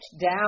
down